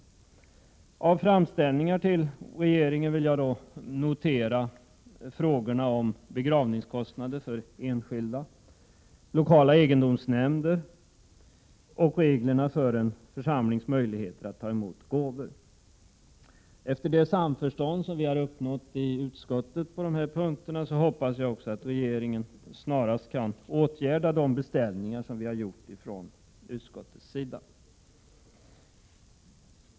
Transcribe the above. Beträffande föreslagna framställningar till regeringen vill jag notera frågorna om begravningskostnader för enskilda, lokala egendomsnämnder och reglerna för en församlings möjligheter att ta emot gåvor. Med tanke på det samförstånd som vi har uppnått i utskottet på dessa punkter hoppas jag att regeringen snarast kan åtgärda de beställningar som utskottet föreslagit att riksdagen skall göra.